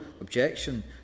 objection